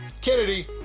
Kennedy